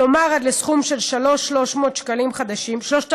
כלומר עד לסכום של כ-3,300 שקלים חדשים,